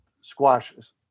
squashes